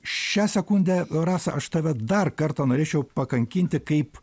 šią sekundę rasa aš tave dar kartą norėčiau pakankinti kaip